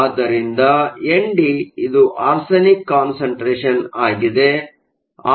ಆದ್ದರಿಂದ ಎನ್ಡಿ ಇದು ಆರ್ಸೆನಿಕ್ ಕಾನ್ಸಂಟ್ರೇಷನ್ ಆಗಿದೆ